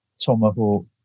Tomahawk